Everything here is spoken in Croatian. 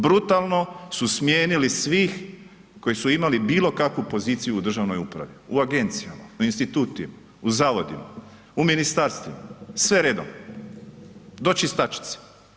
Brutalno su smijenili svih koji su imali bilokakvu poziciju u državnoj upravi, u agencijama, u institutima, u zavodima, u ministarstvima, sve redom, do čistačice.